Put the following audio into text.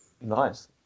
nice